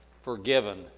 forgiven